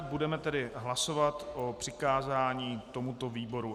Budeme tedy hlasovat o přikázání tomuto výboru.